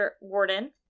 warden